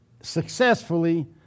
successfully